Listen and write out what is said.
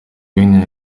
wayne